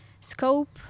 scope